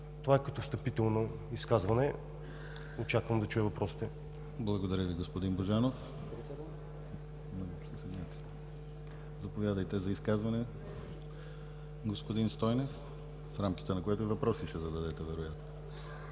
Това е като встъпително изказване. Очаквам да чуя въпросите. ПРЕДСЕДАТЕЛ ДИМИТЪР ГЛАВЧЕВ: Благодаря Ви, господин Божанов. Заповядайте за изказване, господин Стойнев, в рамките на което и въпроси ще зададете, вероятно.